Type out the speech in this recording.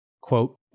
Quote